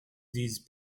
these